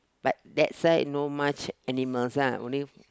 but that's why no much animals lah only